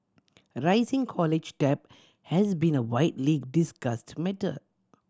rising college debt has been a widely discussed matter